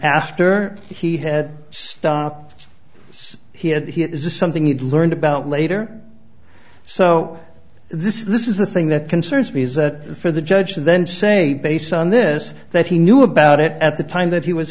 after he had stopped he had he is this something he'd learned about later so this is the thing that concerns me is that for the judge then say based on this that he knew about it at the time that he was